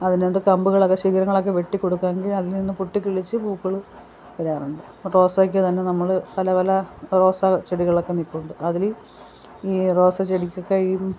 അതിനകത്ത് കമ്പുകളൊക്കെ ശിഖരങ്ങളൊക്കെ വെട്ടി കൊടുക്കാങ്കിൽ അതിൽ നിന്ന് പൊട്ടിക്കിളിച്ച് പൂക്കൾ വരാറുണ്ട് റോസയ്ക്ക് തന്നെ നമ്മൾ പല പല റോസാ ചെടികളൊക്കെ നിൽപ്പുണ്ട് അതിൽ ഈ റോസ ചെടിക്കൊക്കെ ഈ